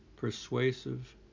persuasive